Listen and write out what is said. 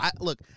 Look